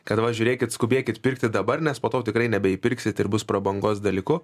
kad va žiūrėkit skubėkit pirkti dabar nes po to jau tikrai nebeįpirksit ir bus prabangos dalyku